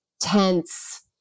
tense